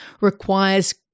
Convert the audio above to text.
requires